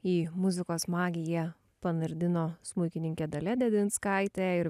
į muzikos magiją panardino smuikininkė dalia dedinskaitė ir